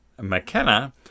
McKenna